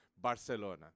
Barcelona